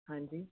ਹਾਂਜੀ